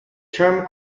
term